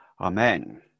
Amen